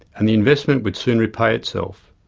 and the investment would soon repay itself.